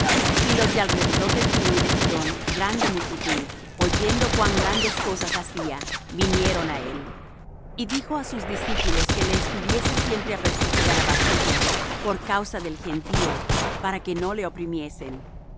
y los de alrededor de tiro y de sidón grande multitud oyendo cuán grandes cosas hacía vinieron á él y dijo á sus discípulos que le estuviese siempre apercibida la barquilla por causa del gentío para que no le oprimiesen